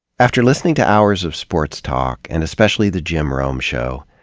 after listening to hours of sports talk, and especially the jim rome show,